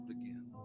again